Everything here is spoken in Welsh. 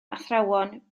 athrawon